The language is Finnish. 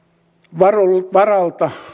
varalta varalta